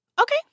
Okay